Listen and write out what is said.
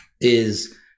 is-